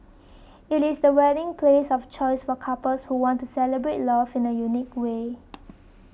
it is the wedding place of choice for couples who want to celebrate love in a unique way